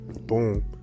Boom